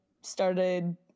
started